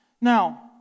Now